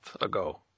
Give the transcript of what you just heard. ago